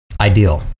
ideal